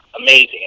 amazing